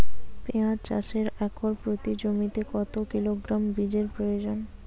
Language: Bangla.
পেঁয়াজ চাষে একর প্রতি জমিতে কত কিলোগ্রাম বীজের প্রয়োজন?